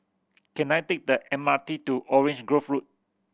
can I take the M R T to Orange Grove Road